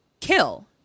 kill